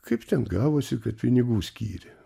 kaip ten gavosi kad pinigų skyrė